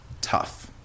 tough